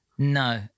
No